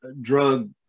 drug